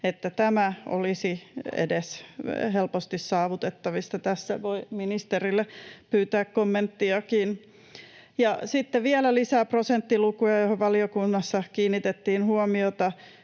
että tämä olisi edes helposti saavutettavissa. Tästä voi ministeriltä pyytää kommenttiakin. Ja sitten vielä lisää prosenttilukuja, joihin valiokunnassa kiinnitettiin huomiota: